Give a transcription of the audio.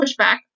pushback